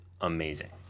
amazing